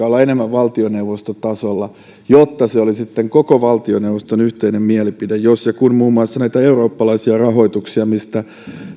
olla enemmän valtioneuvostotasolla jotta se olisi sitten koko valtioneuvoston yhteinen mielipide jos ja kun muun muassa näitä eurooppalaisia rahoituksia esitetään mistä